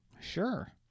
Sure